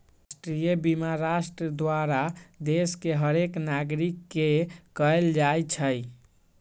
राष्ट्रीय बीमा राष्ट्र द्वारा देश के हरेक नागरिक के कएल जाइ छइ